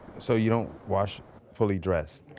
so you don't wash fully dressed?